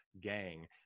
gang